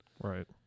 Right